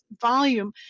volume